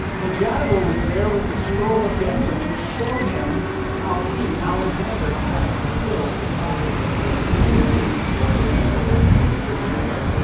well, jaddua was there with the scroll of daniel to show him how he alexander had fulfilled prophecy written by daniel taking over and the medo persian empire.